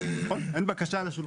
נכון, אין בקשה על השולחן.